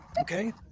Okay